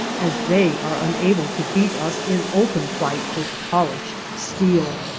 as they are unable to beat us in open fight with polished steel.